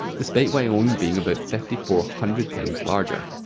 despite wyoming being about fifty four hundred times larger.